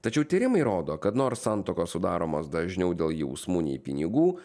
tačiau tyrimai rodo kad nors santuokos sudaromos dažniau dėl jausmų nei pinigų